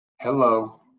Hello